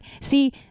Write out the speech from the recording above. see